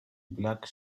black